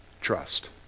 trust